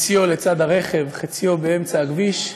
חציו לצד הרכב חציו באמצע הכביש,